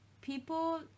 people